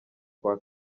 kwa